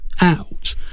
out